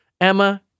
Emma